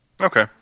Okay